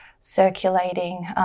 circulating